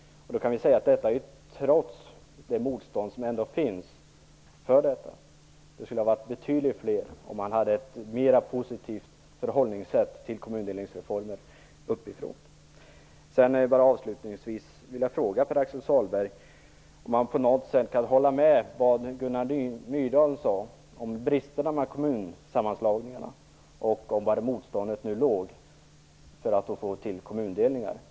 Det kan sägas ha skett trots det motstånd som finns mot detta. Det skulle ha varit betydligt fler, om man uppifrån hade visat ett mera positivt sätt att förhålla sig till kommundelningsreformen. Avslutningsvis vill jag bara fråga Pär-Axel Sahlberg om han på något sätt kan hålla om det som Gunnar Myrdal sade om bristerna i kommunsammanslagningarna och om var motståndet mot kommundelningar låg.